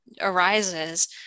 arises